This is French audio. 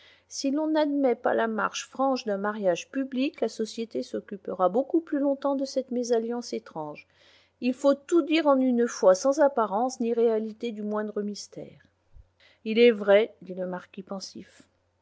si l'on n'admet pas la marche franche d'un mariage public la société s'occupera beaucoup plus longtemps de cette mésalliance étrange il faut tout dire en une fois sans apparence ni réalité du moindre mystère il est vrai dit le marquis pensif